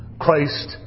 Christ